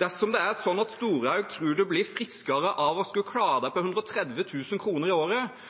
Dersom det er sånn at Storehaug tror en blir friskere av å skulle klare seg på 130 000 kr i året,